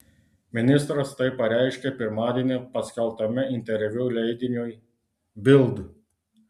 ministras tai pareiškė pirmadienį paskelbtame interviu leidiniui bild